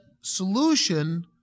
solution